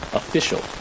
official